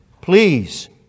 Please